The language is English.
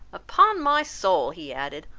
upon my soul, he added,